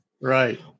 Right